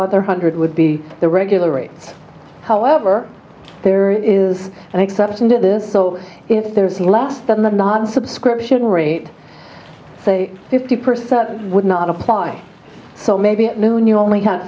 other hundred would be the regular rate however there is an exception to this so if there is less than the not subscription rate fifty percent would not apply so maybe at noon you only have